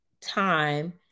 time